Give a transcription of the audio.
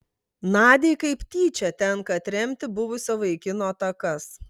nadiai kaip tyčia tenka atremti buvusio vaikino atakas